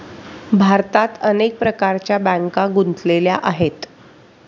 भारतात अनेक प्रकारच्या बँका गुंतलेल्या आहेत